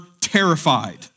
terrified